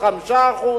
5%,